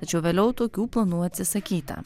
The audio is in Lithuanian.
tačiau vėliau tokių planų atsisakyta